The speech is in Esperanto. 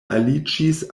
aliĝis